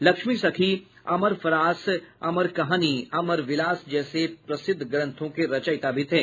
लक्ष्मी सखी अमर फरास अमर कहानी अमर विलास जैसे प्रसिद्ध ग्रंथों के रचयिता भी थे